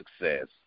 success